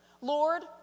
Lord